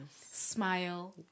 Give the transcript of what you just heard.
smile